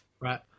Right